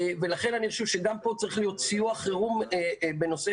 לכן אני חושב שגם פה צריך להיות סיוע חירום לסטודנטים לשנה זו בנושא